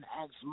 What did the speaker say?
ask